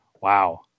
Wow